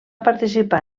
participar